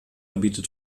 bietet